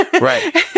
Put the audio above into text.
Right